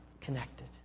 connected